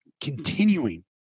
continuing